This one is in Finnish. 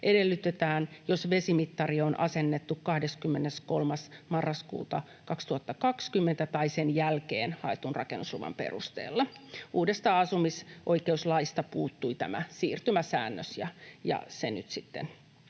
edellytetään, jos vesimittari on asennettu 23. marraskuuta 2020 tai sen jälkeen haetun rakennusluvan perusteella. Uudesta asumisoikeuslaista puuttui tämä siirtymäsäännös, ja se nyt tässä